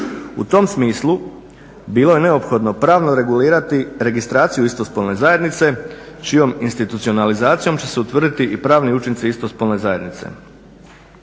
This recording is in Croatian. U tom smislu bilo je neophodno pravno regulirati registraciju istospolne zajednice čijom institucionalizacijom će se utvrditi i pravni učinci istospolne zajednice.